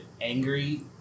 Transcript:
angry